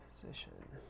Position